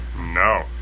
No